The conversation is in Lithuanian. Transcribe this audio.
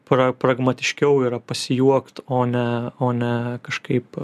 pra pragmatiškiau yra pasijuokt o ne o ne kažkaip